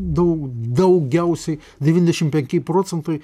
daug daugiausiai devyniasdešimt penki procentai